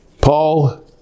Paul